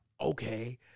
okay